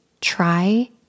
try